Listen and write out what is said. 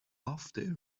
after